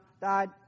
died